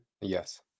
Yes